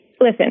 listen